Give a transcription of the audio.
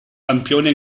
campione